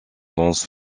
lance